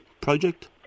project